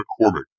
McCormick